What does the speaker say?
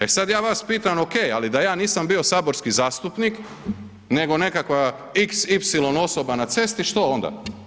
E sad ja vas pitam ok, ali da ja nisam bio saborski zastupnik nego nekakva xy osoba na cesti, što onda?